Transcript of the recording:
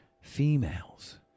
Females